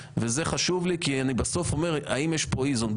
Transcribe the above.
וזה חשוב לי כי בסוף אני שואל האם יש פה איזון.